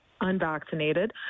unvaccinated